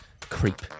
creep